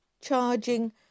charging